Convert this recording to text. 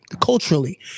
culturally